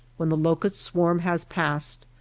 when the locust swarm has passed,